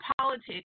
politics